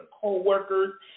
coworkers